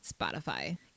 spotify